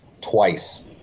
twice